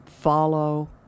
follow